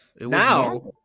now